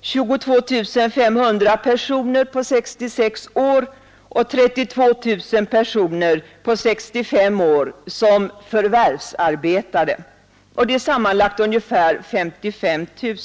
22500 personer på 66 år och 32000 personer på 65 år som förvärvsarbetade. Det är sammanlagt ungefär 55 000.